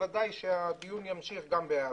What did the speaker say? בוודאי שהדיון ימשיך גם בהיעדרי.